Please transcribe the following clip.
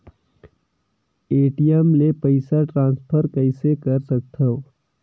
ATM ले पईसा transfer कइसे कर सकथव?